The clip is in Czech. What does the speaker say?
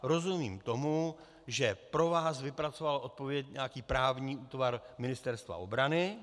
Rozumím tomu, že pro vás vypracoval odpověď nějaký právní útvar Ministerstva obrany.